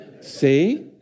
See